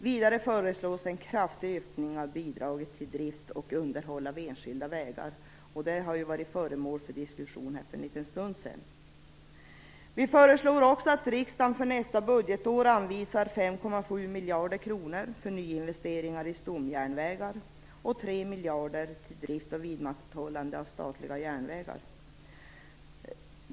Vidare föreslås en kraftig ökning av bidraget till drift och underhåll av enskilda vägar. Detta var ju föremål för diskussion för en liten stund sedan. Vi föreslår också att riksdagen för nästa budgetår anvisar 5,7 miljarder kronor till nyinvesteringar i stomjärnvägar och 3 miljarder kronor till drift och vidmakthållande av statliga järnvägar.